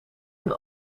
een